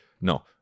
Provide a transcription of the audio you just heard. no